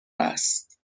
است